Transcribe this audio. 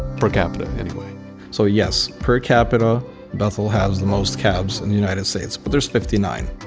per capita anyway so yes, per capita bethel has the most cabs in the united states, but there's fifty nine.